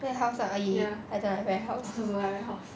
warehouse [one] !ee! I don't like warehouse